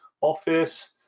office